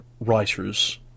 writers